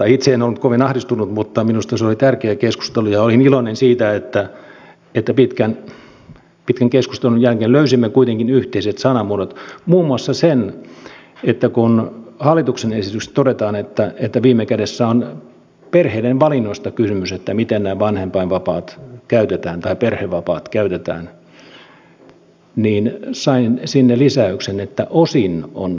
itse en ollut kovin ahdistunut mutta minusta se oli tärkeä keskustelu ja olin iloinen siitä että pitkän keskustelun jälkeen löysimme kuitenkin yhteiset sanamuodot muun muassa sen että kun hallituksen esityksessä todetaan että viime kädessä on perheiden valinnoista kysymys siinä miten nämä vanhempainvapaat tai perhevapaat käytetään niin sain sinne lisäyksen että osin on kysymys siitä